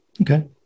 Okay